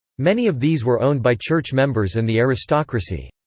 many of these were owned by church members and the aristocracy.